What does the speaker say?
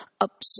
up